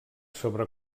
sobre